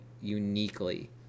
uniquely